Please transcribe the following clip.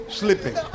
sleeping